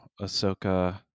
Ahsoka